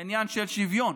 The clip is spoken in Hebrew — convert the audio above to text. עניין של שוויון.